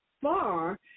Far